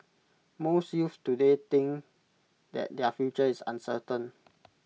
most youths today think that their future is uncertain